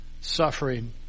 suffering